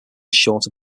shorter